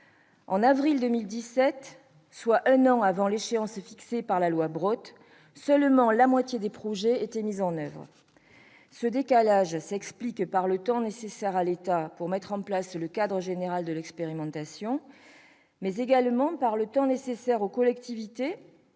En avril 2017, soit un an avant l'échéance fixée par la loi Brottes, seulement la moitié des projets étaient mis en oeuvre. Ce décalage s'explique par le temps nécessaire à l'État pour mettre en place le cadre général de l'expérimentation, mais également par le temps nécessaire aux collectivités,